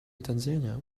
tanzania